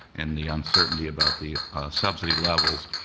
and the uncertainty about the subsidy levels.